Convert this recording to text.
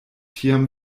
tiam